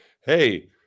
hey